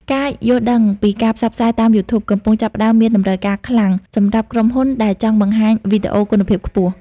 ការយល់ដឹងពីការផ្សព្វផ្សាយតាមយូធូប កំពុងចាប់ផ្តើមមានតម្រូវការខ្លាំងសម្រាប់ក្រុមហ៊ុនដែលចង់បង្ហាញវីដេអូគុណភាពខ្ពស់។